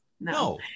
no